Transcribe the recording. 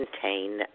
contain